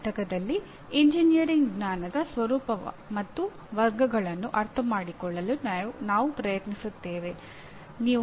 ಮುಂದಿನ ಪಠ್ಯದಲ್ಲಿ ಎಂಜಿನಿಯರಿಂಗ್ ಜ್ಞಾನದ ಸ್ವರೂಪ ಮತ್ತು ವರ್ಗಗಳನ್ನು ಅರ್ಥಮಾಡಿಕೊಳ್ಳಲು ನಾವು ಪ್ರಯತ್ನಿಸುತ್ತೇವೆ